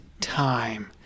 time